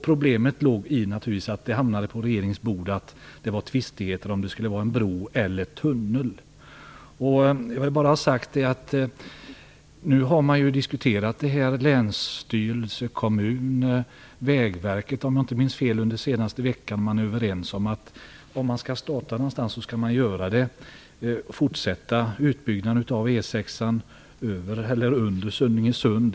Problemet som gjorde att det hamnade på regeringens bord var att det uppstod tvistigheter om det skulle vara en bro eller en tunnel. Nu har länsstyrelse, kommun och Vägverket, om jag inte minns fel, diskuterat detta under den senaste veckan. De är överens om att fortsätta utbyggnaden av E 6 över eller under Sunningesund.